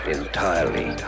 entirely